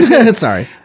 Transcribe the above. Sorry